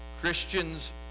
Christians